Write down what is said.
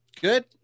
good